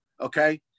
okay